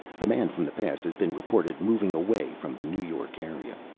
the man from the past has been reported, moving away from the new york area.